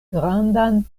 grandan